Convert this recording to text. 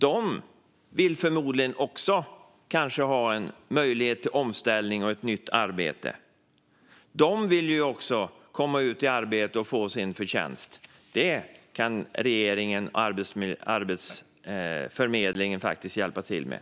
De vill förmodligen också ha en möjlighet till omställning och ett nytt arbete. De vill också komma ut i arbete och få sin förtjänst. Detta kan regeringen och Arbetsförmedlingen faktiskt hjälpa till med.